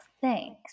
thanks